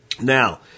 Now